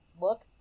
look